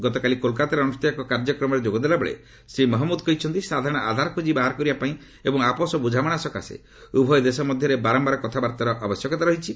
ଗତକାଲି କୋଲକାତାରେ ଅନୁଷ୍ଠିତ ଏକ କାର୍ଯ୍ୟକ୍ରମରେ ଯୋଗଦେଲା ବେଳେ ଶ୍ରୀ ମହମ୍ଗୁଦ କହିଛନ୍ତି ସାଧାରଣ ଆଧାର ଖୋଟ୍ଟି ବାହାର କରିବା ପାଇଁ ଏବଂ ଆପୋଷ ବୁଝାମଣା ସକାଶେ ଉଭୟ ଦେଶ ମଧ୍ୟରେ ବାରମ୍ଭାର କଥାବାର୍ତ୍ତାର ଆବଶ୍ୟକତା ରହିଛି